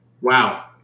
wow